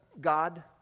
God